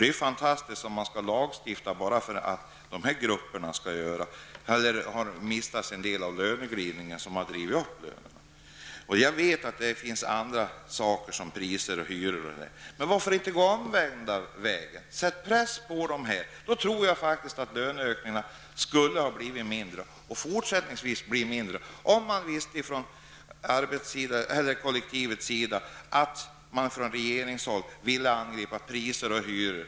Det är ju fantastiskt om man skulle lagstifta bara därför att de här grupperna har mist sin del av löneglidningen, som i allmänhet har drivit upp lönerna. Jag vet att andra faktorer spelar in, som priser och hyror. Men varför inte gå den omvända vägen och pressa ner priserna och hyrorna? Jag tror faktiskt att löneökningarna skulle bli mindre i fortsättningen om man från kollektivets sida visste att man från regeringshåll ville angripa priser och hyror.